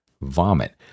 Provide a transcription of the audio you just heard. Vomit